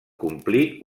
complir